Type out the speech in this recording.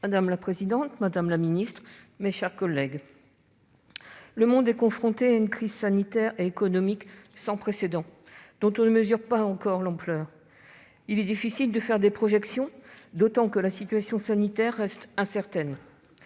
Madame la présidente, madame la ministre, mes chers collègues, le monde est confronté à une crise sanitaire et économique sans précédent dont on ne mesure pas encore l'ampleur. Il est d'autant plus difficile de faire des projections que la situation sanitaire reste incertaine.